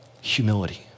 humility